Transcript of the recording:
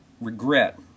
Regret